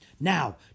Now